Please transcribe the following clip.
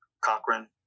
Cochrane